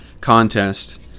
contest